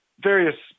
various